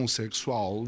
sexual